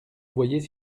voyez